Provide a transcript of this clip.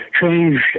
changed